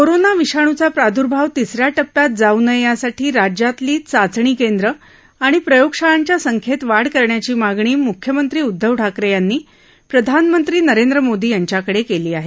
corona विषाणूचा प्राद्र्भाव तिसऱ्या टप्पात जाऊ नये यासाठी राज्यातली चाचणी केंद्र आणि प्रयोगशाळांच्या संख्येत वाढ करण्याची मागणी म्ख्यमंत्री उद्धव ठाकरे यांनी प्रधानमंत्री नरेंद्र मोदी यांच्याकडे केली आहे